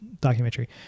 documentary